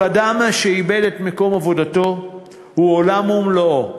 כל אדם שאיבד את מקום עבודתו הוא עולם ומלואו,